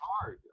hard